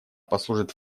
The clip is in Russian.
послужит